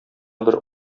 бер